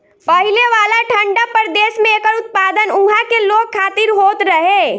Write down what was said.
पहिले वाला ठंडा प्रदेश में एकर उत्पादन उहा के लोग खातिर होत रहे